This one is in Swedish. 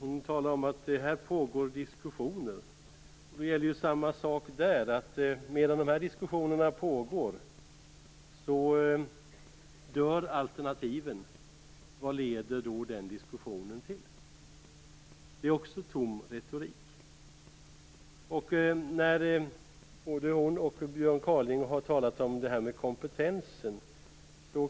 Hon talade om att det pågår diskussioner. Det är samma sak där - medan de diskussionerna pågår dör alternativen. Vad leder då den diskussionen till? Det är också tom retorik. Både Charlotta Bjälkebring och Björn Kaaling har talat om kompetens.